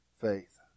faith